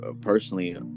personally